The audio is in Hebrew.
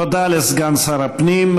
תודה לסגן שר הפנים.